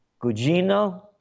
Gugino